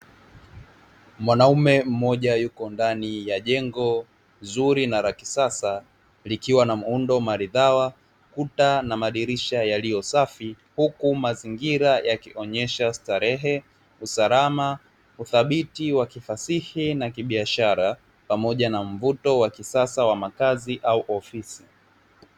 Mwanaume mmoja yupo ndani ya jengo zuri na la kisasa likiwa na muundo maridhawa, kuta na madirisha yaliyo safi huku mazingira yakionyesha starehe, usalama, uthabiti wa kifasihi na kibiashara pamoja na mvuto wa kisasa wa makazi au ofisi.